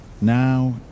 Now